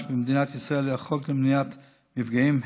במדינת ישראל הוא החוק למניעת מפגעים,